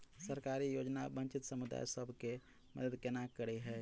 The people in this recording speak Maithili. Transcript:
सरकारी योजना वंचित समुदाय सब केँ मदद केना करे है?